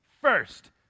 First